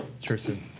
Tristan